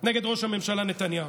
נגד ראש הממשלה נתניהו.